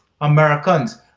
Americans